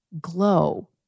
glow